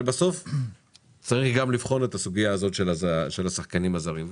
אבל בסוף צריך גם לבחון את הסוגיה הזאת של השחקנים הזרים.